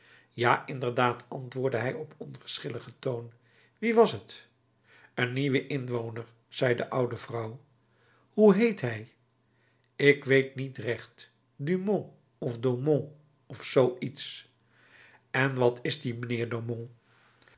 ja inderdaad antwoordde hij op onverschilligen toon wie was het een nieuwe inwoner zei de oude vrouw hoe heet hij ik weet niet recht dumont of daumont of zoo iets en wat is die mijnheer daumont de